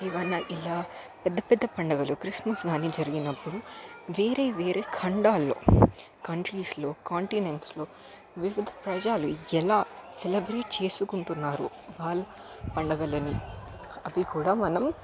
ఏవైనా ఇలా పెద్ద పెద్ద పండగలు క్రిస్మస్ కానీ జరిగినప్పుడు వేరే వేరే ఖండాల్లో కంట్రీస్లో కాంటినెంట్స్లో వివిధ ప్రజలు ఎలా సెలెబ్రేట్ చేసుకుంటున్నారు వాళ్ళ పండగలని అవి కూడా మనం